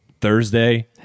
Thursday